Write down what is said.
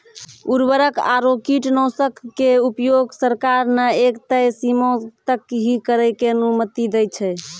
उर्वरक आरो कीटनाशक के उपयोग सरकार न एक तय सीमा तक हीं करै के अनुमति दै छै